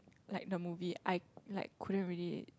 like the movie I like couldn't really